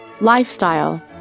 Lifestyle